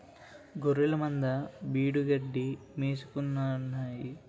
గొఱ్ఱెలమంద బీడుగడ్డి మేసుకుంటాన్నాయి